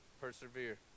persevere